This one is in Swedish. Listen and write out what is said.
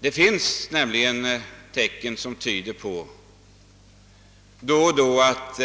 Det finns nämligen tecken som tyder på att